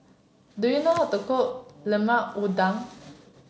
do you know how to cook Lemper Udang